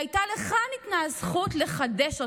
לך ניתנה הזכות לחדש אותו,